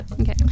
Okay